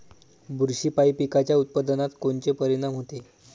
बुरशीपायी पिकाच्या उत्पादनात कोनचे परीनाम होते?